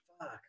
Fuck